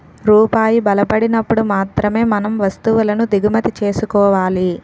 రూపాయి బలపడినప్పుడు మాత్రమే మనం వస్తువులను దిగుమతి చేసుకోవాలి